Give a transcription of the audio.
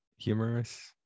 Humorous